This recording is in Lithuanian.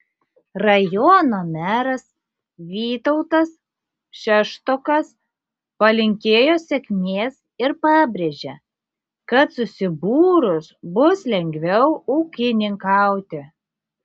rajono meras vytautas šeštokas palinkėjo sėkmės ir pabrėžė kad susibūrus bus lengviau ūkininkauti